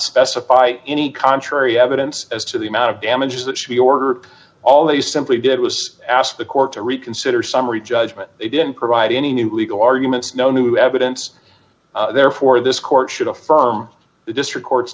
specify any contrary evidence as to the amount of damages that she ordered all they simply did was ask the court to reconsider summary judgment they didn't provide any new legal arguments no new evidence therefore this court should affirm the district court's